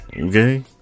Okay